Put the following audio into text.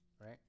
right